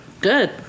Good